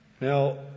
Now